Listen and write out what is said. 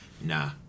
nah